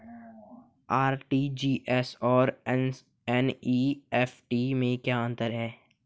RTGS और NEFT में क्या अंतर है?